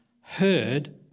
heard